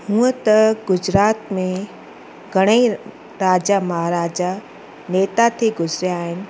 हूंअ त गुजरात में घणेई राजा महाराजा नेता थी गुज़िरिया आहिनि